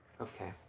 Okay